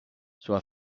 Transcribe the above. sua